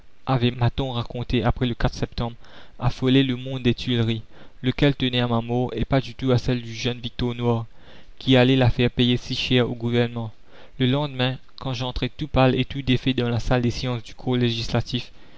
m'a-t-on raconté après le septembre affolé le monde des tuileries lequel tenait à ma mort et pas du tout à celle du jeune victor noir qui allait la faire payer si cher au gouvernement le lendemain quand j'entrai tout pâle et tout défait dans la salle des séances du corps législatif